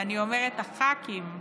ואני אומרת: הח"כים,